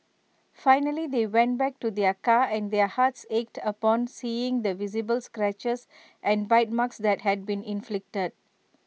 finally they went back to their car and their hearts ached upon seeing the visible scratches and bite marks that had been inflicted